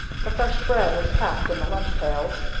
the fresh bread was packed in the lunch pails,